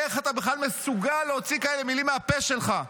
איך אתה בכלל מסוגל להוציא כאלה מילים מהפה שלך?